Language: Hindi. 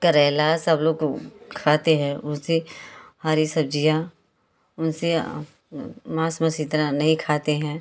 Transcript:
करेला सब लोग खाते हैं उसे हरी सब्ज़ियाँ उनसे मास मस इतना नहीं खाते हैं